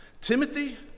Timothy